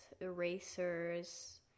erasers